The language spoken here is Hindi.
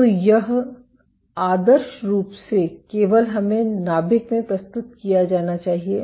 तो यह आदर्श रूप से केवल हमें नाभिक में प्रस्तुत किया जाना चाहिए